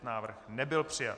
Návrh nebyl přijat.